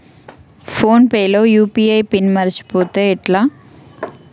Phone pay లో UPI pin మరచిపోతే ఎట్లా?